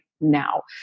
now